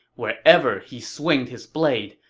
wherever he swinged his blade,